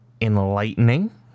enlightening